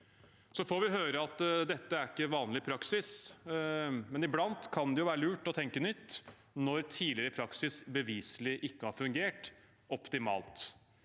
Vi får høre at dette ikke er vanlig praksis, men iblant kan det være lurt å tenke nytt når tidligere praksis beviselig ikke har fungert optimalt.